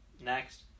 Next